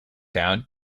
town